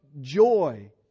joy